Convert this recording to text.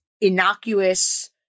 innocuous